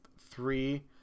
three